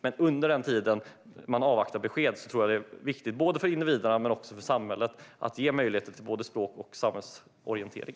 Men under den tid de avvaktar besked tror jag att det är viktigt, både för individerna och för samhället, att ge möjlighet till både språkundervisning och samhällsorientering.